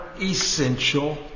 essential